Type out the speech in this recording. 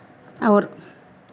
और